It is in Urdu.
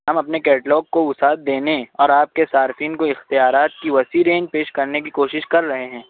ہم اپنے کیٹلاگ کو وسعت دینے اور آپ کے صارفین کو اختیارات کی وسیع رینج پیش کرنے کی کوشش کر رہے ہیں